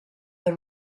the